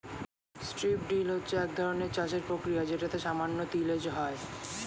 strip drill হচ্ছে একধরনের চাষের প্রক্রিয়া যেটাতে সামান্য তিলেজ হয়